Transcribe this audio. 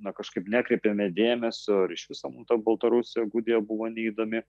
na kažkaip nekreipėme dėmesio ar iš viso mum ta baltarusija gudija buvo neįdomi